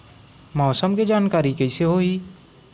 मौसम के जानकारी कइसे होही?